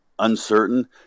Uncertain